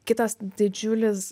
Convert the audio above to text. kitas didžiulis